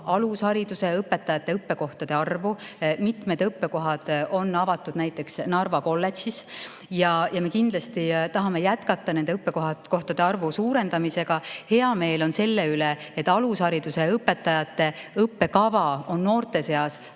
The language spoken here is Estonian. alushariduse õpetajate õppekohtade arvu. Mitmed õppekohad on avatud näiteks Narva kolledžis ja me kindlasti tahame jätkata nende õppekohtade arvu suurendamisega. Hea meel on selle üle, et alushariduse õpetajate õppekava on noorte seas